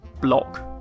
block